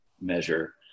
measure